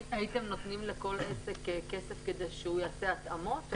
הייתם נותנים לכל עסק כסף כדי שהוא יעשה התאמות?